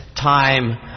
time